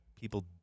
people